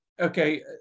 Okay